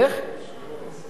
הם נבחרו לשלוט.